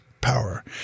power